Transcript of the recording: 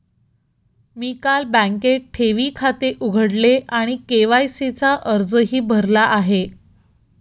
मी काल बँकेत ठेवी खाते उघडले आणि के.वाय.सी चा अर्जही भरला आहे